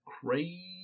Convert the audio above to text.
crazy